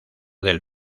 del